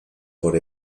por